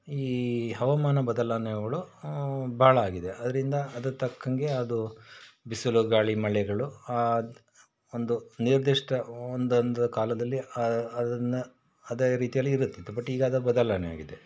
ಈ ಹವಾಮಾನ ಬದಲಾಣೆಗಳು ಭಾಳ ಆಗಿದೆ ಅದರಿಂದ ಅದಕ್ಕೆ ತಕ್ಕಂತೆ ಅದು ಬಿಸಿಲು ಗಾಳಿ ಮಳೆಗಳು ಆದ ಒಂದು ನಿರ್ದಿಷ್ಟ ಒಂದೊಂದು ಕಾಲದಲ್ಲಿ ಆ ಅದನ್ನು ಅದೇ ರೀತಿಯಲ್ಲಿ ಇರುತ್ತಿತ್ತು ಬಟ್ ಈಗ ಬದಲಾವಣೆ ಆಗಿದೆ